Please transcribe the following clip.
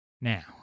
Now